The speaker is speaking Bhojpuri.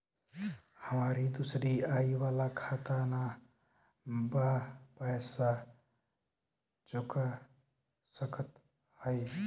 हमारी दूसरी आई वाला खाता ना बा पैसा चुका सकत हई?